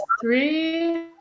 Three